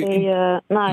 jie na